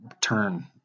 turn